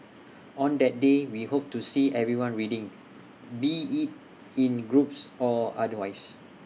on that day we hope to see everyone reading be IT in groups or otherwise